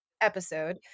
episode